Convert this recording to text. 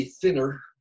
thinner